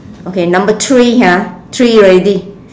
okay number three ha three already